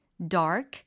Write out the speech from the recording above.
dark